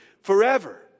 forever